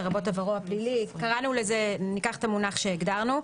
לרבות עברו הפלילי" ניקח את המונח שהגדרנו.